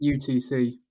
UTC